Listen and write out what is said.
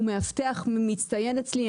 הוא מאבטח מצטיין אצלי,